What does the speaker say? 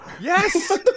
yes